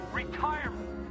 retirement